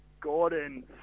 Gordon